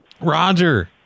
Roger